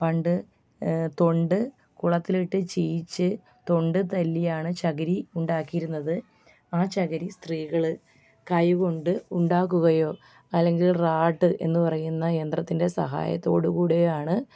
പണ്ട് തൊണ്ട് കുളത്തിലിട്ട് ചീയിച്ച് തൊണ്ട് തല്ലിയാണ് ചകിരി ഉണ്ടാക്കിയിരുന്നത് ആ ചകിരി സ്ത്രീകൾ കൈ കൊണ്ട് ഉണ്ടാക്കുകയോ അല്ലെങ്കിൽ റാട് എന്ന് പറയുന്ന യന്ത്രത്തിൻ്റെ സഹായത്തോട് കൂടിയാണ്